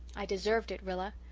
i deserved it, rilla.